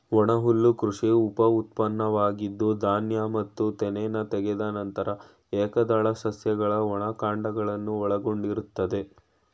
ಒಣಹುಲ್ಲು ಕೃಷಿ ಉಪಉತ್ಪನ್ನವಾಗಿದ್ದು ಧಾನ್ಯ ಮತ್ತು ತೆನೆನ ತೆಗೆದ ನಂತರ ಏಕದಳ ಸಸ್ಯಗಳ ಒಣ ಕಾಂಡಗಳನ್ನು ಒಳಗೊಂಡಿರ್ತದೆ